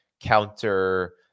counter-